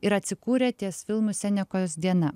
ir atsikūrė ties filmu senekos diena